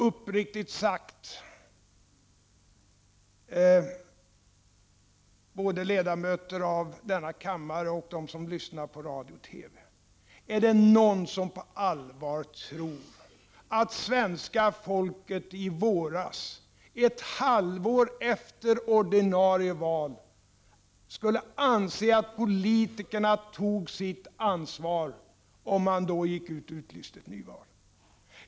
Uppriktigt sagt — ledamöter av denna kammare och ni som lyssnar på radio och TV — är det någon som på allvar tror att svenska folket i våras, ett halvår efter ordinarie val, skulle ha ansett att politikerna tog sitt ansvar om de då hade gått ut och utlyst ett nyval?